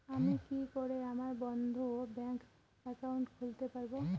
আমি কি করে আমার বন্ধ ব্যাংক একাউন্ট খুলতে পারবো?